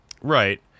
Right